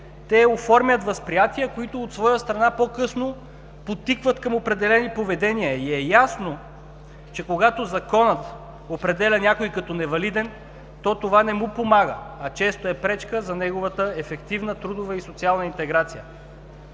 Те оформят възприятия, които от своя страна по-късно подтикват към определени поведения и е ясно, че когато законът определя някой като невалиден, то това не му помага, а често е пречка за неговата ефективна трудова и социална интеграция.